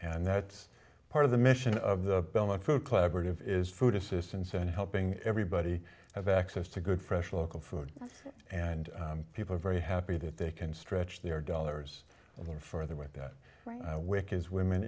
and that's part of the mission of the belmont for collaborative is food assistance in helping everybody have access to good fresh local food and people are very happy that they can stretch their dollars a little further with that which is women